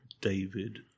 David